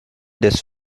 this